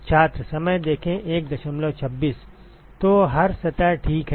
तो हर सतह ठीक है